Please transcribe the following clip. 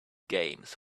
games